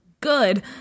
good